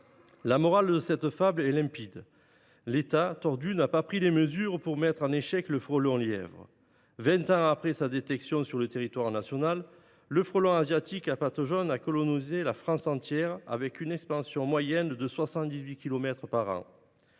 La morale de cette fable est limpide : l’État tortue n’a pas pris les mesures nécessaires pour mettre en échec le frelon lièvre. Vingt ans après sa détection sur le territoire national, le frelon asiatique à pattes jaunes a colonisé la France entière, avec une expansion moyenne de soixante